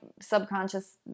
subconscious